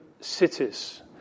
cities